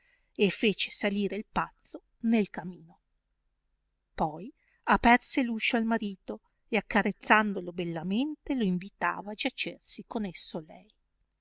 e fece salire il pazzo nel camino poi aperse l uscio al marito e accarezzandolo bellamente lo invitava a giacersi con esso lei